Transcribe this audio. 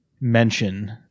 mention